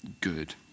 good